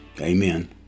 Amen